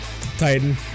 Titan